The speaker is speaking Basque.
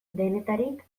denetarik